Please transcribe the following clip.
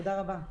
תודה רבה.